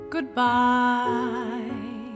Goodbye